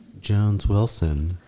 Jones-Wilson